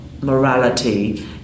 morality